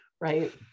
Right